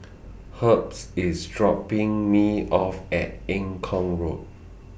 Herbs IS dropping Me off At Eng Kong Road